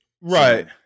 Right